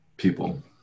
People